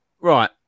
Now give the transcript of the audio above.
right